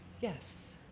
yes